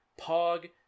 Pog